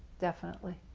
definitely.